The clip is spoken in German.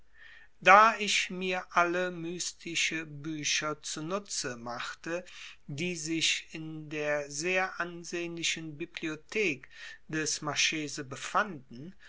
da ich mir alle mystische bücher zunutze machte die sich in der sehr ansehnlichen bibliothek des marchese befanden